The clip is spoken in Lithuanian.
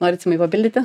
norit simai papildyti